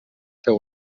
seu